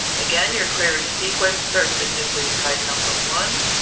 again, your query sequence starts at nucleotide number one